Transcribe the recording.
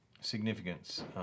significance